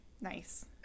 Nice